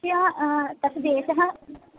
हः तत् देशः